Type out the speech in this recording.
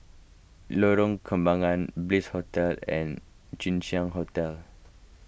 Lorong Kembangan Hotel and Jinshan Hotel